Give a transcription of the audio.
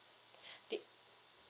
di~